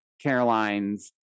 Caroline's